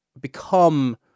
become